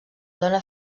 dóna